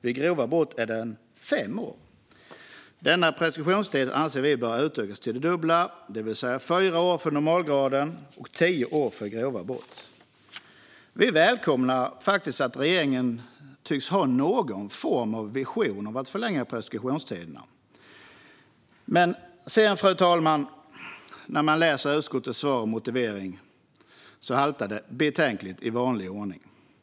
Vid grova brott är den fem år. Denna preskriptionstid anser vi bör utökas till det dubbla, det vill säga fyra år för normalgraden och tio år för grova brott. Vi välkomnar att regeringen tycks ha någon form av vision om att förlänga preskriptionstiderna. Men när man läser utskottets svar och motivering, fru talman, ser man att det i vanlig ordning haltar betänkligt.